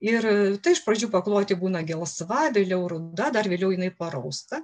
ir iš pradžių pakloti būna gelsva vėliau ruda dar vėliau jinai parausta